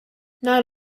not